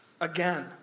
again